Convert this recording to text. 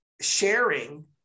sharing